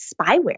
spyware